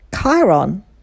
Chiron